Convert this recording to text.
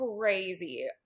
Crazy